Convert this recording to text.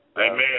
Amen